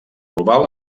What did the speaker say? global